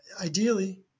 ideally